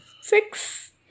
Six